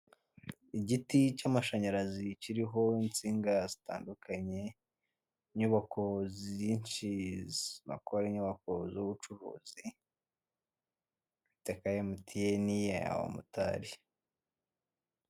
Igiti cy' amashamyarazi kiriho insinga zitandukanye, inyubako nyinshi bakora inyubako y'ubucuruzi ,imitaka ya MTN, abamotari.